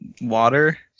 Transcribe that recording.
water